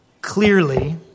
clearly